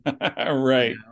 Right